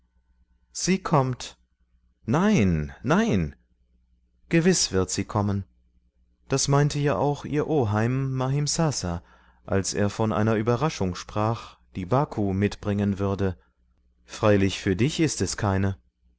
sie kommt nein nein gewiß wird sie kommen das meinte ja auch ihr oheim mahimsasa als er von einer überraschung sprach die baku mitbringen würde freilich für dich ist es keine